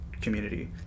Community